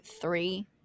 three